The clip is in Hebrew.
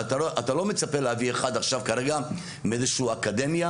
אתה לא מצפה להביא אחד מאיזושהי אקדמיה,